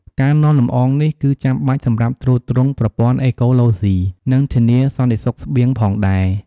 ការនាំលម្អងនេះគឺចាំបាច់សម្រាប់ទ្រទ្រង់ប្រព័ន្ធអេកូឡូស៊ី និងធានាសន្តិសុខស្បៀងផងដែរ។